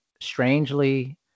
strangely